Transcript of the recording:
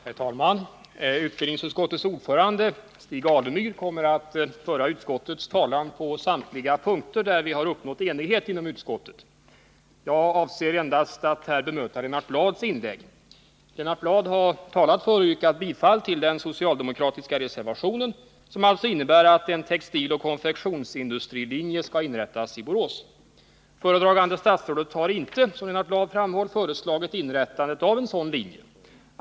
Herr talman! Utbildningsutskottets ordförande, Stig Alemyr, kommer att föra utskottets talan på samtliga de avsnitt där vi uppnått enighet inom utskottet. Jag avser här endast att bemöta Lennart Bladhs inlägg. Lennart Bladh har talat för och yrkat bifall till den socialdemokratiska reservationen, som innebär att en textiloch konfektionsindustrilinje skall inrättas i Borås. Föredragande statsrådet har inte, som Lennart Bladh också framhöll, föreslagit inrättandet av en sådan linje.